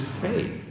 faith